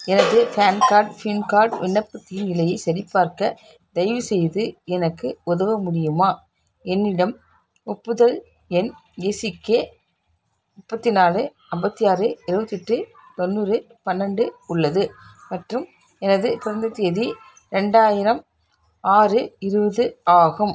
எனது PAN card SIM card விண்ணப்பத்தின் நிலையை சரிபார்க்க தயவுசெய்து எனக்கு உதவ முடியுமா என்னிடம் ஒப்புதல் எண் ஏசிகே முப்பத்தி நாலு ஐம்பத்தி ஆறு எழுவத்தெட்டு தொண்ணூறு பன்னெண்டு உள்ளது மற்றும் எனது பிறந்த தேதி ரெண்டாயிரம் ஆறு இருபது ஆகும்